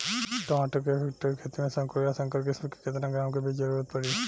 टमाटर के एक हेक्टेयर के खेती में संकुल आ संकर किश्म के केतना ग्राम के बीज के जरूरत पड़ी?